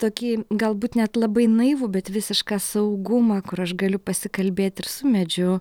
tokį galbūt net labai naivų bet visišką saugumą kur aš galiu pasikalbėt ir su medžiu